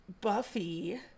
Buffy